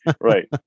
right